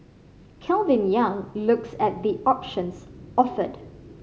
Calvin Yang looks at the options offered